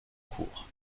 cours